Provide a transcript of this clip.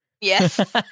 Yes